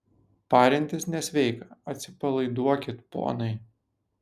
parintis nesveika atsipalaiduokit ponai